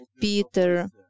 Peter